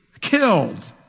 killed